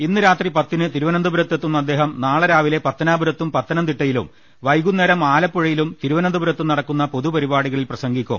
ഇന്ന് രാത്രി പത്തിന് തിരു വനന്തപുരത്ത് എത്തുന്ന അദ്ദേഹം നാളെ രാവിലെ പത്തനാപുര ത്തും പത്തനംതിട്ടയിലും വൈകുന്നേരം ആലപ്പുഴയിലും തിരു വനന്തപുരത്തും നടക്കുന്ന പൊതു പരിപാടികളിൽ പ്രസംഗിക്കും